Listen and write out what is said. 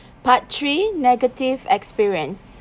part three negative experience